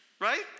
right